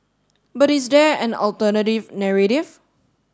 but is there an alternative narrative